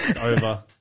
Over